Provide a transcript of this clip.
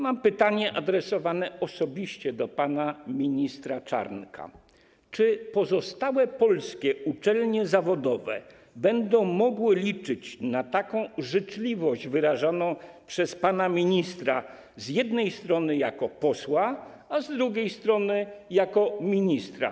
Mam pytanie adresowane osobiście do pana ministra Czarnka: Czy pozostałe polskie uczelnie zawodowe będą mogły liczyć na taką życzliwość wyrażoną przez pana ministra: z jednej strony jako posła, a z drugiej strony jako ministra?